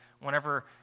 whenever